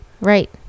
Right